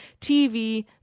TV